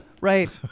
Right